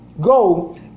Go